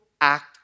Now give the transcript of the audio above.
act